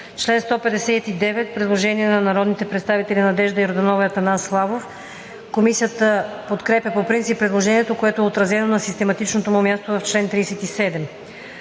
чл. 159 има предложение на народния представител Надежда Йорданова и Атанас Славов. Комисията подкрепя по принцип предложението, което е отразено на систематичното му място в чл. 37.